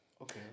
Okay